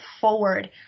forward